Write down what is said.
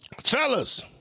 Fellas